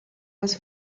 was